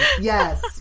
Yes